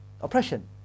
Oppression